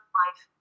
life